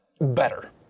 better